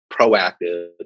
proactive